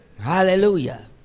Hallelujah